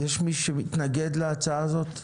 יש מי שמתנגד להצעה הזאת?